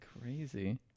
Crazy